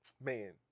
Man